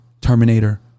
Terminator